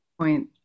point